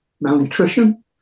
malnutrition